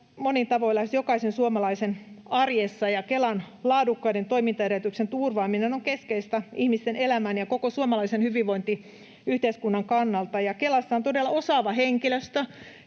monin tavoin lähes jokaisen suomalaisen arjessa ja Kelan laadukkaiden toimintaedellytysten turvaaminen on keskeistä ihmisten elämän ja koko suomalaisen hyvinvointiyhteiskunnan kannalta. Kelassa on todella osaava henkilöstö.